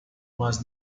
mas